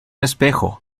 espejo